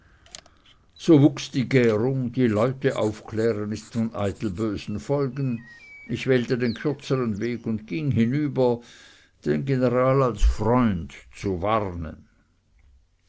so wuchs die gärung die leute aufklären ist von eitel bösen folgen ich wählte den kürzeren weg und ging hinüber den general als freund zu warnen